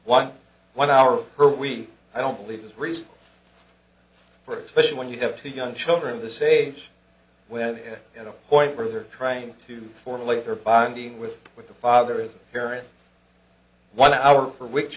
one one hour per week i don't believe there's a reason for especially when you have two young children this age where you know point where they're trying to formulate their bonding with with the father is here in one hour which